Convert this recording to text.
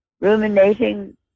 Ruminating